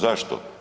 Zašto?